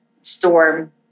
Storm